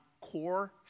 Core